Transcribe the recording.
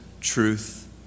truth